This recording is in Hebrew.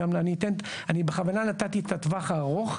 אני בכוונה נתתי את הטווח הארוך,